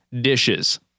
dishes